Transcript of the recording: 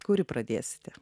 kuri pradėsite